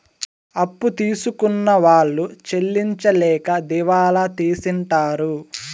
అప్పు తీసుకున్న వాళ్ళు చెల్లించలేక దివాళా తీసింటారు